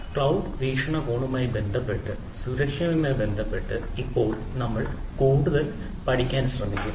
cloud വീക്ഷണകോണുമായി ബന്ധപ്പെട്ട് സുരക്ഷയുമായി ബന്ധപ്പെട്ട് ഇപ്പോൾ കൂടുതൽ പഠിക്കാൻ ശ്രമിക്കും